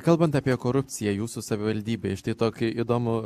kalbant apie korupciją jūsų savivaldybėj štai tokį įdomų